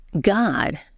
God